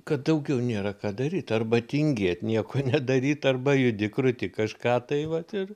kad daugiau nėra ką daryt arba tingėt nieko nedaryt arba judi kruti kažką tai vat ir